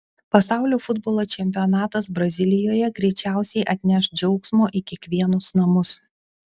pasaulio futbolo čempionatas brazilijoje greičiausiai atneš džiaugsmo į kiekvienus namus